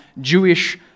Jewish